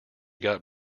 got